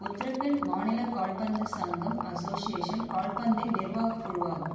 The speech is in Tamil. உத்தரகண்ட் மாநில கால்பந்து சங்கம் அசோசியேஷன் கால்பந்தின் நிர்வாக குழுவாகும்